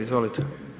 Izvolite.